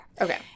Okay